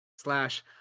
slash